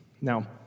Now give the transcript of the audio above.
Now